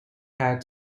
had